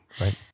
right